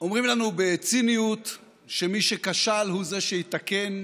אומרים לנו בציניות שמי שכשל הוא זה שיתקן,